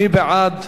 מי בעד?